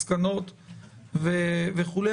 מסקנות וכולי.